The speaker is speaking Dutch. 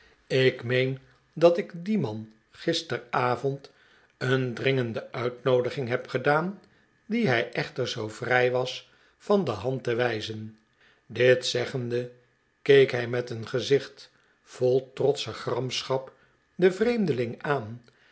ik meen dat ik dien man gisteravond een dringende uitnoodiging heb gedaan dien hij echter zoo vrij was van de hand te wijzen dit zeggende keek hij met een gezicht vol trotsche gramschap den vreemdeling aan